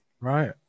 Right